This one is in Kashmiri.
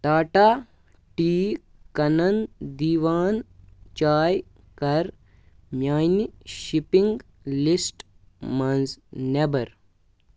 ٹاٹا ٹی کَنَن دیٖوان چاے کَر میٛانہِ شِپِنٛگ لِسٹ منٛز نیٚبَر